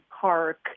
Park